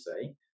say